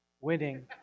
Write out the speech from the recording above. Winning